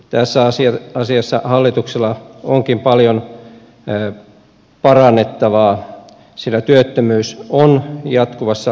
tässä asiassa hallituksella onkin paljon parannettavaa sillä työttömyys on jatkuvassa kasvussa